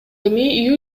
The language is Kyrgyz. эми